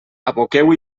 aboqueu